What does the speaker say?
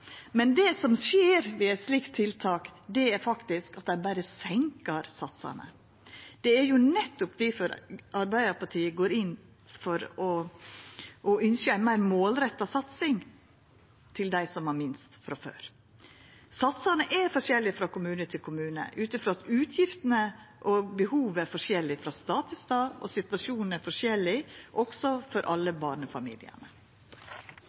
Men det som skjer ved eit slikt tiltak, er faktisk at ein berre senkar satsane. Det er nettopp difor Arbeidarpartiet går inn for og ynskjer ei meir målretta satsing til dei som har minst frå før. Satsane er forskjellige frå kommune til kommune, ut frå at utgiftene og behova er forskjellige frå stad til stad, og situasjonen er forskjellig også for